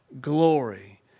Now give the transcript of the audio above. glory